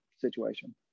situation